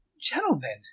Gentlemen